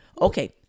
Okay